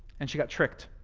and she got tricked.